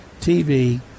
TV